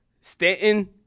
Stanton